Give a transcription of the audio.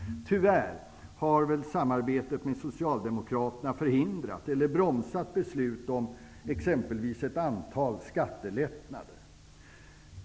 Tyvärr har samarbetet med Socialdemokraterna förhindrat eller bromsat beslut om exempelvis ett antal skattelättnader.